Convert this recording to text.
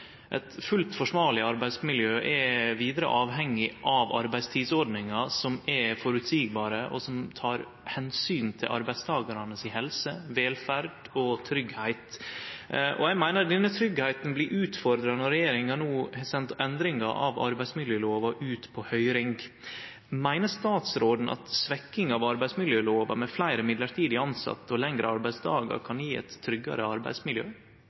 Eit fullt forsvarleg arbeidsmiljø er vidare avhengig av arbeidstidsordningar som er føreseielege, og som tek omsyn til arbeidstakaranes helse, velferd og tryggleik. Eg meiner denne tryggleiken blir utfordra når regjeringa no har sendt endringa av arbeidsmiljølova ut på høyring. Meiner statsråden at svekking av arbeidsmiljølova med fleire midlertidig tilsette og lengre arbeidsdagar kan gje eit tryggare arbeidsmiljø?